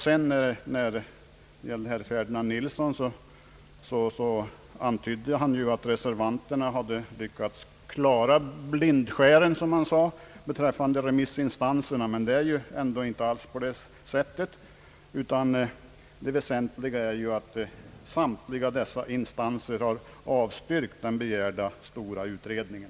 Herr Ferdinand Nilsson antydde att reservanterna hade lyckats klara blindskären, som han sade, beträffande remissinstanserna. Men frågan gäller inte detta, utan det betydelsefulla är ju att samtliga dessa instanser har avstyrkt den begärda stora utredningen.